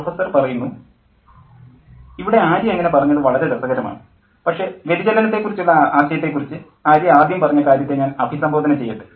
professor ഇവിടെ ആര്യ അങ്ങനെ പറഞ്ഞത് വളരെ രസകരമാണ് പക്ഷേ വ്യതിചലനത്തെക്കുറിച്ചുള്ള ആശയത്തെക്കുറിച്ച് ആര്യ ആദ്യം പറഞ്ഞ കാര്യത്തെ ഞാൻ അഭിസംബോധന ചെയ്യട്ടെ